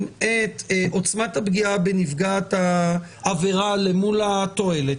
את עוצמת הפגיעה בנפגעת העבירה אל מול התועלת,